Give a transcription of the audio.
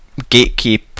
gatekeep